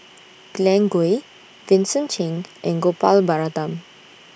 Glen Goei Vincent Cheng and Gopal Baratham